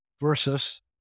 versus